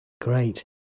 Great